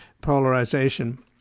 polarization